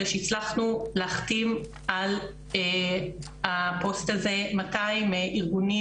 אלא שהצלחנו להחתים על הפוסט הזה 200 ארגונים